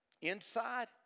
inside